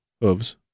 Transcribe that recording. hooves